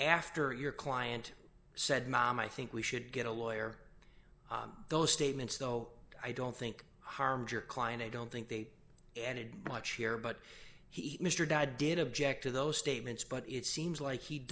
after your client said mom i think we should get a lawyer those statements though i don't think harmed your client i don't think they added much here but he mr di did object to those statements but it seems like he